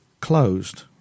closed